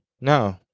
no